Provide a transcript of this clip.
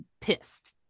pissed